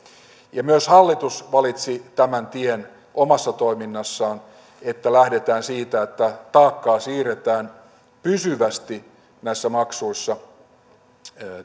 myös hallitus valitsi omassa toiminnassaan tämän tien että lähdetään siitä että taakkaa siirretään pysyvästi näissä maksuissa